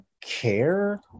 care